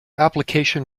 application